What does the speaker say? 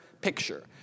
picture